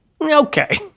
okay